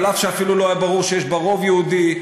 אף שאפילו לא היה ברור שיש בה רוב יהודי,